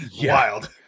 wild